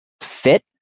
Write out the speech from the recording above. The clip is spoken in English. fit